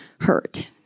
hurt